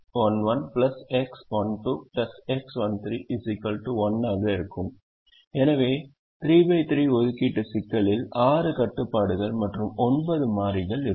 எனவே 3 x 3 ஒதுக்கீட்டு சிக்கலில் ஆறு கட்டுப்பாடுகள் மற்றும் ஒன்பது மாறிகள் இருக்கும்